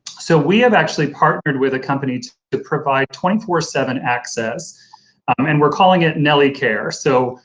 so, we have actually partnered with a company to to provide twenty four seven access and we're calling it nellie care. so,